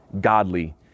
godly